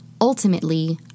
ultimately